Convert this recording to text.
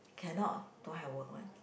cannot don't have work one